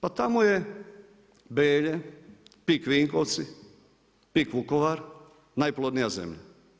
Pa tamo je Belje, Pik Vinkovci, Pik Vukovar, najplodnija zemlja.